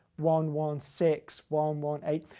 one one six, one one eight.